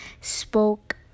spoke